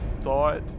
thought